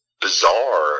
bizarre